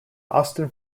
austin